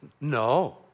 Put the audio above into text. no